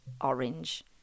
orange